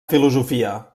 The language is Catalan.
filosofia